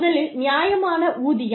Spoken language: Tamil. முதலில் நியாயமான ஊதியம்